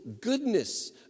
goodness